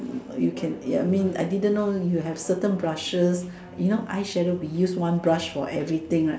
you can I mean I didn't know you have certain brushes you know eyeshadow we use one brush for everything right